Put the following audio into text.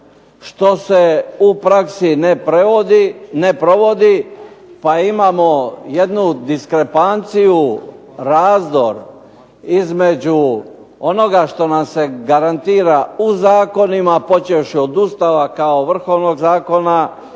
što se u praksi ne provodi, pa imamo jednu diskrepanciju razdor, između onoga što nam se garantira u zakonima, počevši od Ustava kao vrhovnog zakona,